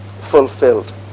fulfilled